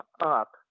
up